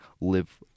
live